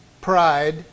pride